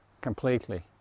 completely